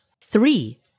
three